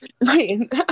Right